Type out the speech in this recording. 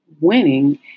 winning